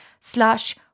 slash